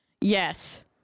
Yes